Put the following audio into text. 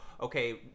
okay